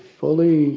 fully